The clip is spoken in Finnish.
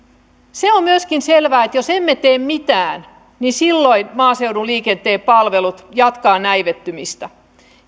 se on myöskin selvää että jos emme tee mitään niin silloin maaseudun liikenteen palvelut jatkavat näivettymistä